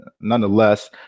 nonetheless